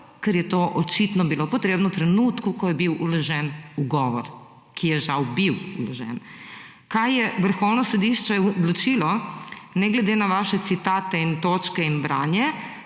ker je to očitno bilo potrebno v trenutku, ko je bil vložen ugovor, ki je žal bi vložen. Kaj je Vrhovno sodišče odločilo ne glede na vaše citate in točke in branje